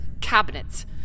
cabinets